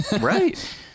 right